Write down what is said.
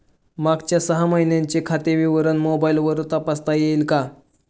मागच्या सहा महिन्यांचे खाते विवरण मोबाइलवर तपासता येईल का?